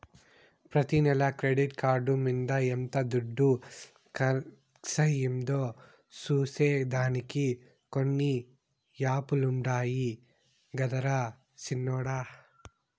ప్రతి నెల credit card మింద ఎంత దుడ్డు కర్సయిందో సూసే దానికి కొన్ని యాపులుండాయి గదరా సిన్నోడ